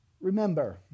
Remember